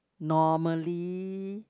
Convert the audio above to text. normally